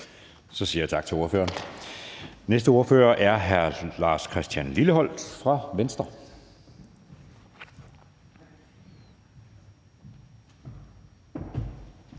Så siger jeg tak til ordføreren. Næste ordfører er hr. Lars Christian Lilleholt fra Venstre.